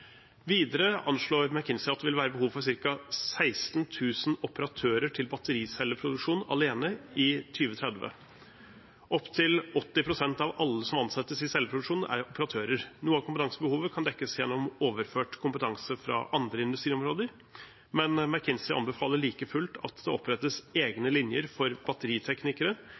Videre anslår McKinsey at det vil være behov for ca. 16 000 operatører til battericelleproduksjon alene i 2030. Opptil 80 pst. av alle som ansettes i celleproduksjonen, er operatører. Noe av kompetansebehovet kan dekkes gjennom overført kompetanse fra andre industriområder, men McKinsey anbefaler like fullt at det opprettes egne linjer for